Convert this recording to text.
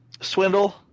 Swindle